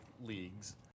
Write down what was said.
leagues